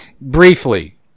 Briefly